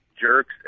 jerks